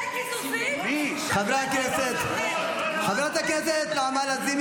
אני מבקש מחבריי חברי הכנסת לעשות ישיבה מסודרת